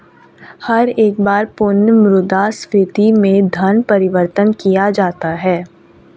हर एक बार पुनः मुद्रा स्फीती में धन परिवर्तन किया जाता है